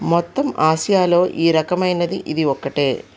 మొత్తం ఆసియాలో ఈ రకమైనది ఇది ఒక్కటే